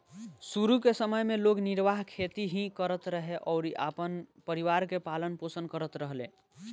शुरू के समय में लोग निर्वाह खेती ही करत रहे अउरी अपना परिवार के पालन पोषण करत रहले